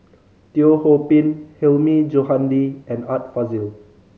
Teo Ho Pin Hilmi Johandi and Art Fazil